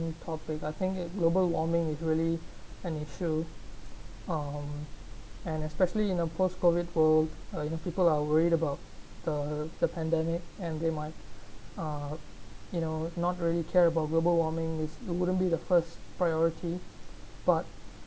topic I think global warming is really an issue um and especially in a post COVID world uh you know people are worried about the the pandemic and they might uh you know not really care about global warming which you wouldn't be the first priority but